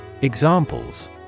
Examples